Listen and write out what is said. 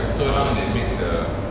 ah